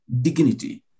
dignity